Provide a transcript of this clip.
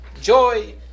joy